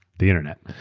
the internet.